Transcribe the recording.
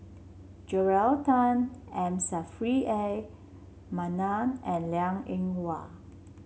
Joel Tan M Saffri A Manaf and Liang Eng Hwa